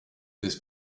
this